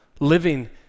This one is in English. Living